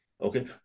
okay